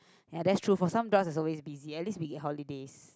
ya that's true for some jobs it's always busy at least we get holidays